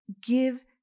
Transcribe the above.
Give